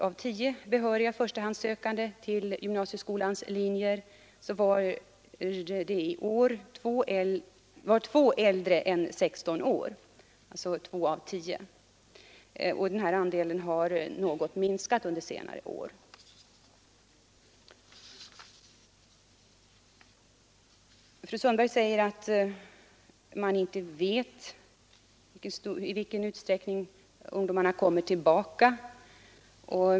Av tio behöriga förstahandssökande till gymnasieskolans linjer var för några år sedan två äldre än 16 år. Denna andel har minskat något under senare år. Fru Sundberg säger att man inte vet i vilken utsträckning ungdomarna kommer tillbaka.